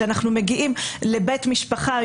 כשאנחנו מגיעים לבית משפחה,